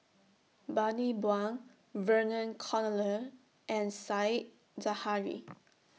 Bani Buang Vernon Cornelius and Said Zahari